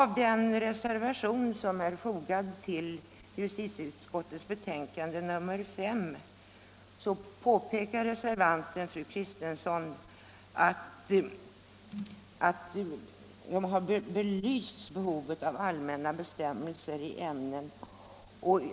I den reservation som är fogad till justitieutskottets betänkande nr 5 påpekar reservanten, fru Kristensson, att ”behovet av allmänna bestämmelser i ämnet belystes av de remissyttranden som utskottet föregående år inhämtade över motionsspörsmålet.